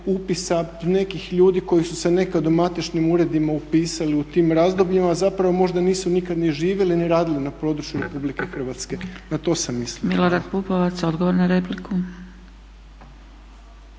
upisa nekih ljudi koji su nekad u matičnim uredima upisali u tim razdobljima, a zapravo možda nisu nikad ni živjeli ni radili na području RH. Na to sam mislio. **Zgrebec, Dragica (SDP)** Milorad Pupovac, odgovor na repliku.